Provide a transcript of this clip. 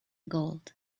gold